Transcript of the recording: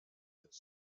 its